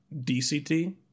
dct